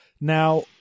Now